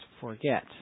forget